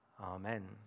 amen